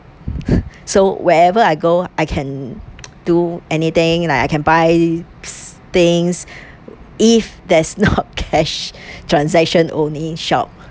so wherever I go I can do anything like I can buy things if there's not cash transaction only shop